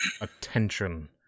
attention